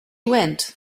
went